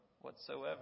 whatsoever